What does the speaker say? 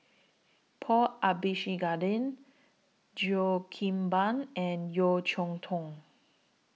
Paul Abisheganaden Cheo Kim Ban and Yeo Cheow Tong